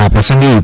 આ પ્રસંગે યુ